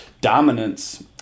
dominance